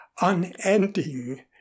unending